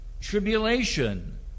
Tribulation